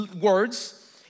words